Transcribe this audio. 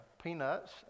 peanuts